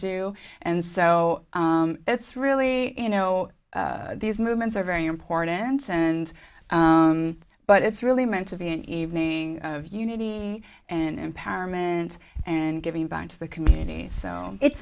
do and so it's really you know these movements are very important and but it's really meant to be an evening of unity and empowerment and giving back into the community so it's